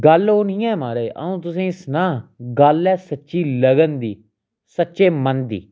गल्ल ओह् नी ऐ महाराज आ'ऊं तुसेंई सनां गल्ल ऐ सच्ची लगन दी सच्चे मन दी